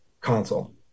console